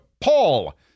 Paul